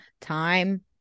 time